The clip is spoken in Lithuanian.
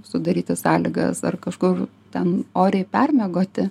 sudaryti sąlygas ar kažkur ten oriai permiegoti